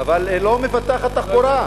לא מפתחת תחבורה,